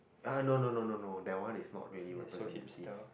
!huh! no no no no no that one is not really representative